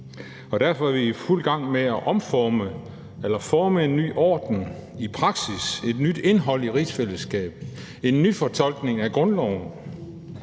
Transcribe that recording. Derfor er vi i fuld gang med at forme en ny orden i praksis, et nyt indhold i rigsfællesskabet, en nyfortolkning af grundloven